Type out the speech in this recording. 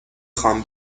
خوام